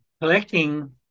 collecting